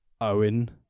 Owen